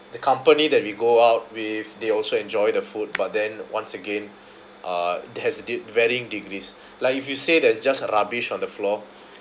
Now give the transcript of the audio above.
the company that we go out with they also enjoyed the food but then once again uh they has a de~ varying degrees like if you say there's just rubbish on the floor